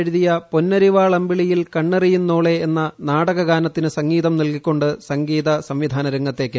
എഴുതിയ പൊന്നരിവാൾ അമ്പിളിയിൽ കണ്ണെറിയുന്നോളേ എന്ന നാടകഗാനത്തിന് സംഗീതം നൽകികൊണ്ട് സംഗീതസംവിധാന രംഗത്തേക്ക്